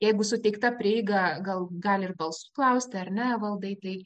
jeigu suteikta prieiga gal gali ir balsu klausti ar ne evaldai tai